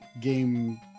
game